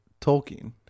Tolkien